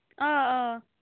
آ آ